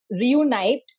reunite